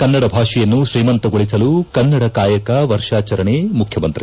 ಕನ್ನಡ ಭಾಷೆಯನ್ನು ಶ್ರೀಮಂತಗೊಳಿಸಲು ಕನ್ನಡ ಕಾಯಕ ವರ್ಷಾಚರಣೆ ಮುಖ್ಚಮಂತ್ರಿ